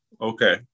okay